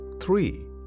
three